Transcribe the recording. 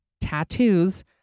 tattoos